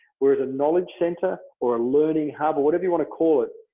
whereas a knowledge center or a learning hub, or whatever you want to call it,